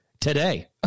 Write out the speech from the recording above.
today